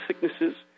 sicknesses